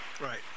Right